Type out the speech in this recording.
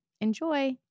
Enjoy